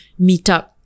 meetup